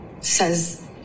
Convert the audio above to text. Says